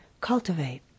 cultivate